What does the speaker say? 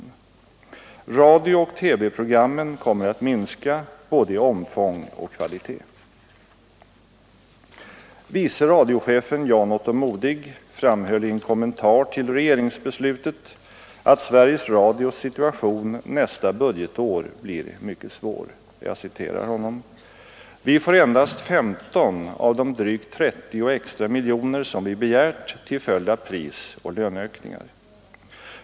Radiooch TV-programmen kommer att minska, både i omfång och kvalitet.” Vice radiochefen Jan-Otto Modig framhöll i en kommentar till regeringsbeslutet, att Sveriges Radios situation nästa budgetår blir mycket svår: ”Vi får endast 15 av de drygt 30 extra miljoner som vi begärt till följd av prisoch löneökningar.